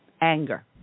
anger